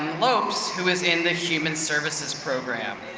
lopes, who is in the human services program.